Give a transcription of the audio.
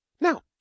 Now